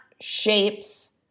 shapes